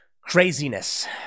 craziness